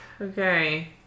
Okay